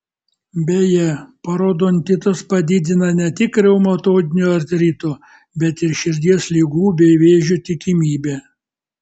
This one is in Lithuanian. beje parodontitas padidina ne tik reumatoidinio artrito bet ir širdies ligų bei vėžio tikimybę